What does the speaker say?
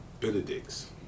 Benedict's